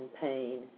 pain